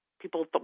People